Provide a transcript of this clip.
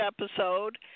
episode